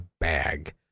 bag